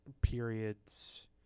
periods